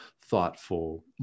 thoughtful